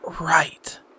Right